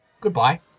Goodbye